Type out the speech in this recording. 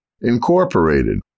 Incorporated